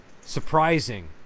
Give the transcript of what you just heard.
surprising